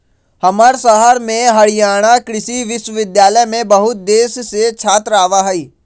हमर शहर में हरियाणा कृषि विश्वविद्यालय में बहुत देश से छात्र आवा हई